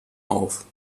auf